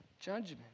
judgment